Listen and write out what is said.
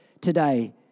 today